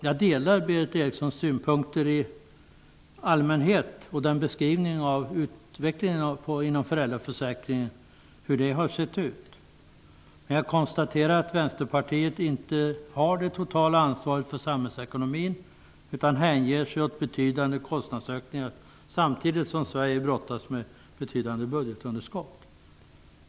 Jag delar Berith Erikssons synpunkter i allmänhet och hennes beskrivning av utvecklingen av föräldraförsäkringen. Men jag konstaterar att Vänsterpartiet inte har det totala ansvaret för samhällsekonomin, utan hänger sig åt betydande kostnadsökningar, samtidigt som Sverige brottas med betydande budgetunderskott.